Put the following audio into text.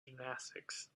gymnastics